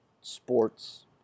sports